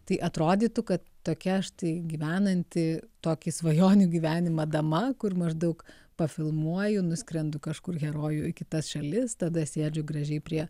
tai atrodytų kad tokia štai gyvenanti tokį svajonių gyvenimą dama kur maždaug pafilmuoju nuskrendu kažkur herojų į kitas šalis tada sėdžiu gražiai prie